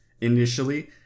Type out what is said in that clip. initially